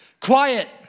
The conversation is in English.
quiet